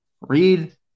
read